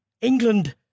England